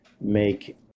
make